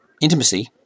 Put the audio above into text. intimacy